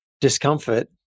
discomfort